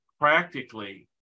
practically